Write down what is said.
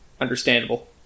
Understandable